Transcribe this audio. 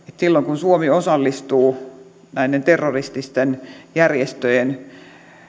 silloin kun suomi osallistuu näiden terrorististen järjestöjen